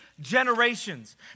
generations